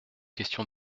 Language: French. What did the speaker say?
question